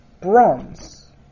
bronze